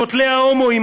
קוטלי ההומואים,